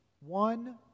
one